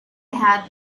had